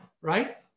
right